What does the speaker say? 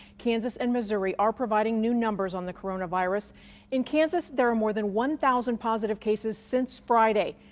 kansas and missouri are providing new numbers on the coronavirus in kansas. there are more than one thousand positive cases since friday.